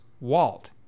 Walt